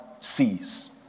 sees